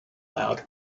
loud